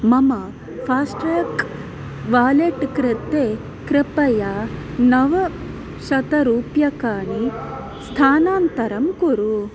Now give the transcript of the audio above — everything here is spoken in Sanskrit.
मम फास्ट्रेक् वालेट् कृते कृपया नवशतरूप्यकाणि स्थानान्तरं कुरु